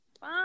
Bye